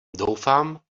doufám